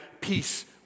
peace